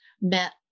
met